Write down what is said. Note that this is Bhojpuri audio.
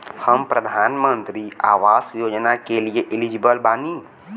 हम प्रधानमंत्री आवास योजना के लिए एलिजिबल बनी?